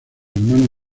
hermano